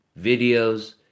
videos